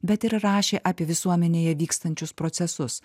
bet ir rašė apie visuomenėje vykstančius procesus